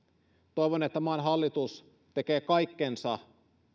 toivon että maan hallitus tekee kaikkensa